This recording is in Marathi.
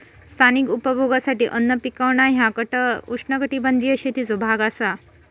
स्थानिक उपभोगासाठी अन्न पिकवणा ह्या उष्णकटिबंधीय शेतीचो भाग असा